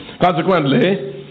Consequently